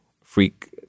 freak